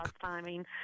timing